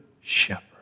Shepherd